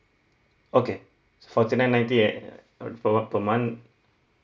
okay forty nine ninety at per per month